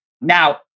Now